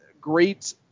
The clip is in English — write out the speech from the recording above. great